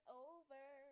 over